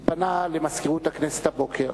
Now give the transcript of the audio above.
פנה למזכירות הכנסת הבוקר